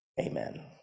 Amen